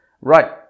Right